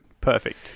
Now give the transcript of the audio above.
perfect